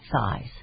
size